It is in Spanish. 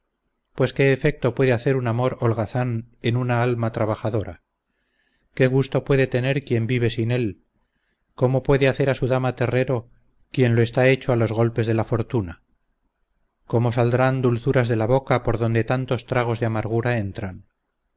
pues qué efecto puede hacer un amor holgazán en una alma trabajadora qué gusto puede tener quien vive sin él cómo puede hacer a su dama terrero quien lo está hecho a los golpes de la fortuna cómo saldrán dulzuras de la boca por donde tantos tragos de amargura entran